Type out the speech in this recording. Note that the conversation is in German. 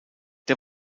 der